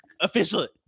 officially